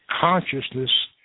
Consciousness